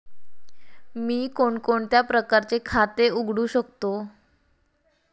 मी कोणकोणत्या प्रकारचे खाते उघडू शकतो?